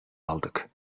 aldık